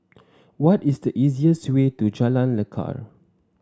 what is the easiest way to Jalan Lekar